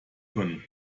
können